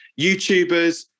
YouTubers